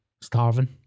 Starving